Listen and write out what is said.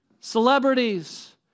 Celebrities